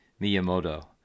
Miyamoto